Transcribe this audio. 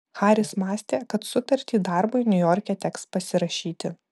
haris mąstė kad sutartį darbui niujorke teks pasirašyti